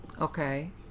Okay